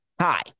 hi